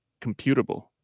computable